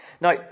Now